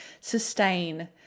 sustain